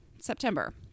September